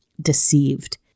deceived